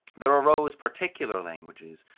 there arose particular languages,